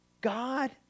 God